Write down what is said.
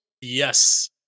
Yes